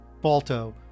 Balto